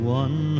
one